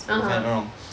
(uh huh)